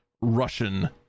Russian